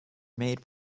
made